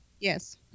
Yes